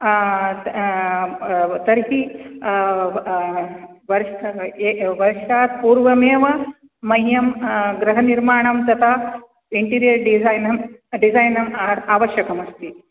तर्हि वर्ष एक वर्षात् पूर्वमेव मह्यं गृहनिर्माणं तथा इण्टिरियर्डिसैन् डिसैनम् डिसैनम् आवश्यकमस्ति